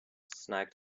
snagged